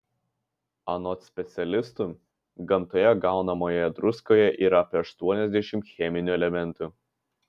anot specialistų gamtoje gaunamoje druskoje yra apie aštuoniasdešimt cheminių elementų